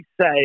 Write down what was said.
say